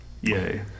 Yay